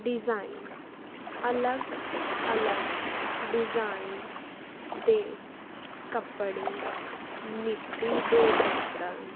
design ਅਲੱਗ ਅਲੱਗ design ਦੇ ਕੱਪੜੇ ਮਿੱਟੀ ਦੇ ਬਰਤਨ